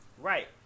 Right